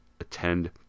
attend